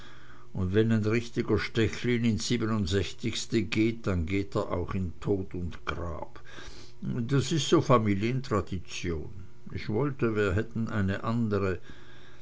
und wenn ein richtiger stechlin ins siebenundsechzigste geht dann geht er auch in tod und grab das is so familientradition ich wollte wir hätten eine andre